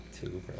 Two